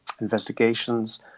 investigations